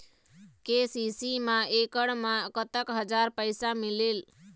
KCC मा एकड़ मा कतक हजार पैसा मिलेल?